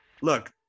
look